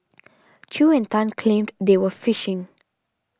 Chew and Tan claimed they were fishing